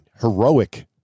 heroic